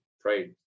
prayed